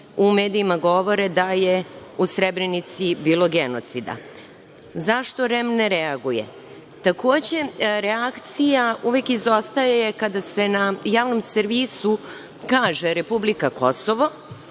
u medijima govore da u Srebrenici bilo genocida? Zašto REM ne reaguje? Takođe, reakcija uvek izostaje kada se na javnom servisu kaže republika Kosovo.